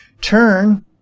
turn